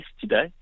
today